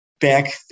back